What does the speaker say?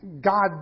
God